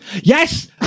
Yes